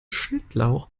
schnittlauch